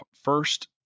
first